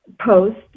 post